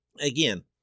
again